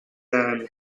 aime